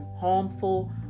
harmful